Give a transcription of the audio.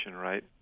right